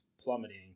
plummeting